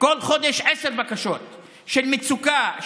כל חודש 10 בקשות של מצוקה,